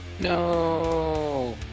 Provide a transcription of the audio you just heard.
No